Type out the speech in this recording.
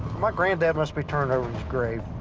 my granddad must be turning over in his grave.